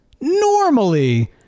normally